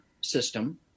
system